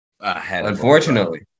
Unfortunately